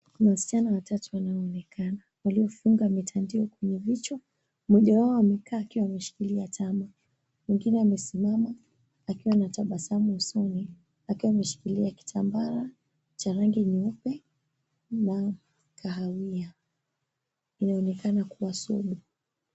Wasichana watatu wanaonekana, waliofunga mitandio kwenye vichwa. Mmoja wao amekaa akiwa ameshikilia tama. Mwingine amesimama akiwa anatabasamu usoni, akiwa ameshikilia kitambara cha rangi nyeupe na kahawia. Inaonekana kuwa Sudan.